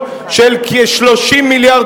השקעות של עשרות מיליוני